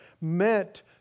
meant